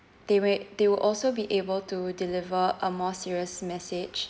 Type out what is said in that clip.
they wi~ they will also be able to deliver a more serious message